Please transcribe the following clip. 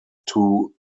two